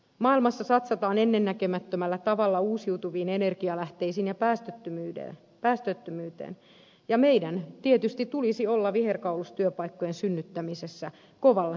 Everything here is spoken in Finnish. maailmassa satsataan ennennäkemättömällä tavalla uusiutuviin energialähteisiin ja päästöttömyyteen ja meidän tietysti tulisi olla viherkaulustyöpaikkojen synnyttämisessä kovalla tempolla mukana